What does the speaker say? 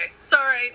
sorry